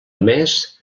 més